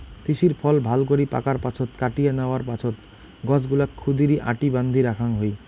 তিসির ফল ভালকরি পাকার পাছত কাটিয়া ন্যাওয়ার পাছত গছগুলাক ক্ষুদিরী আটি বান্ধি রাখাং হই